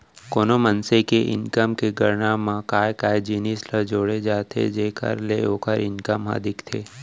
कोनो मनसे के इनकम के गणना म काय काय जिनिस ल जोड़े जाथे जेखर ले ओखर इनकम ह दिखथे?